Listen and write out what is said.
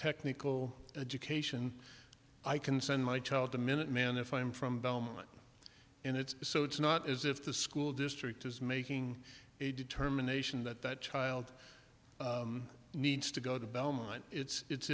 technical education i can send my child to minuteman if i'm from and it's so it's not as if the school district is making a determination that that child needs to go to belmont it's i